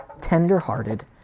tender-hearted